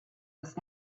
was